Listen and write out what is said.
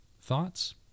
Thoughts